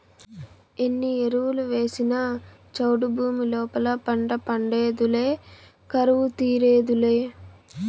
ఎన్ని ఎరువులు వేసినా చౌడు భూమి లోపల పంట పండేదులే కరువు తీరేదులే